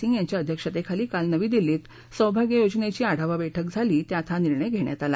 सिंग यांच्या अध्यक्षतेखाली काल नवी दिल्लीत सौभाग्य योजनेची आढावा बैठक झाली या बैठकीत हा निर्णय घेण्यात आला